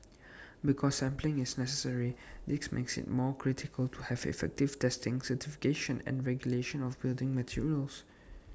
because sampling is necessary this makes IT more critical to have effective testing certification and regulation of building materials